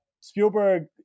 Spielberg